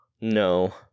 No